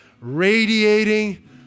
radiating